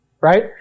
Right